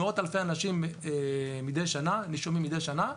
מאות אלפי נישומים מדי שנה.